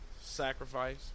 Sacrifice